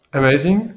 amazing